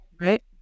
Right